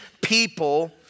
people